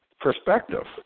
perspective